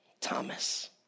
Thomas